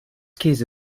käse